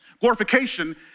Glorification